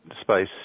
space